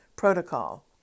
protocol